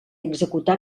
executar